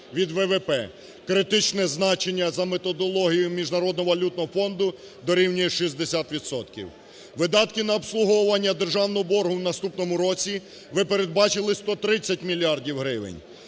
від ВВП. Критичне значення за методологією Міжнародного валютного фонду дорівнює 60 відсотків. Видатки на обслуговування державного боргу в наступному році ви передбачили 130 мільярдів